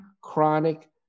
chronic